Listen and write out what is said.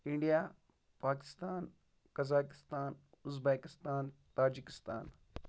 India Pakistan Kazakhstan Uzbekistan Tajikistan